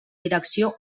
direcció